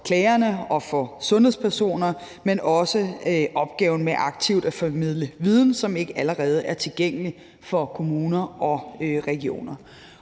for klagerne og for sundhedspersoner, men også opgaven med aktivt at formidle viden, som ikke allerede er tilgængelig for kommuner og regioner.